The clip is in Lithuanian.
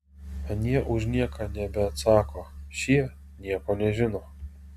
anie už nieką nebeatsako šie nieko nežino